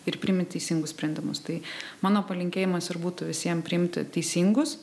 ir priimi teisingus sprendimus tai mano palinkėjimas ir būtų visiem priimti teisingus